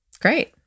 Great